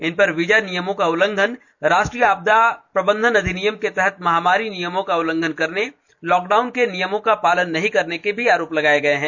इन पर वीजा नियमों का उल्लंघन राष्ट्रीय आपदा प्रबंधन अधिनियम के तहत महामारी नियमों का उल्लंघन करने लॉक डाउन के नियमों का पालन नहीं करने का आरोप लगाया गया है